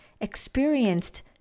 experienced